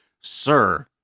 sir